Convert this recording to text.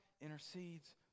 intercedes